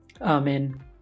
Amen